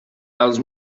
els